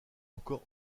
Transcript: encore